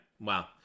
Wow